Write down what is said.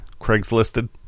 Craigslisted